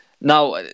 Now